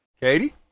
Katie